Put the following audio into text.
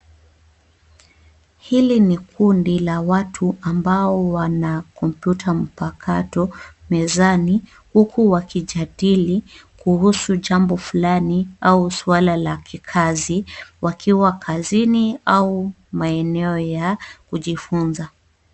Hili ni kundi la watu ambao Wana kompyuta mpakato mezani, huku wakijadili jambo fulani au suala la kikazi wakiwa kazini au maeneo ya kujifunza.